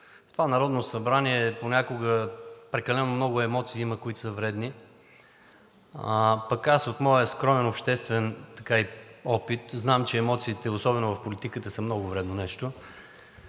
в това Народно събрание понякога има прекалено много емоции, които са вредни, а пък аз от моя скромен обществен опит знам, че емоциите, особено в политиката, са много вредно нещо.